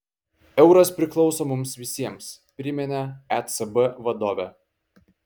euras priklauso mums visiems priminė ecb vadovė